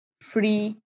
free